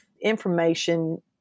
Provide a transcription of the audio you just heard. information